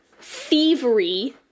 thievery